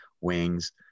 wings